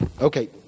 Okay